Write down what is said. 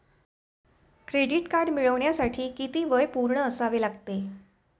Credit card मिळवण्यासाठी किती वय पूर्ण असावे लागते?